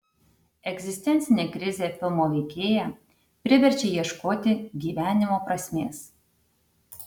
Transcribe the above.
egzistencinė krizė filmo veikėją priverčia ieškoti gyvenimo prasmės